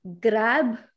grab